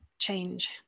Change